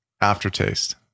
aftertaste